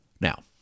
now